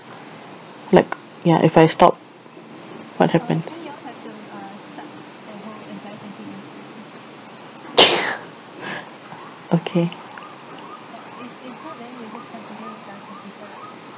like ya if I stop what happens okay